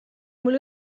mul